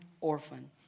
orphan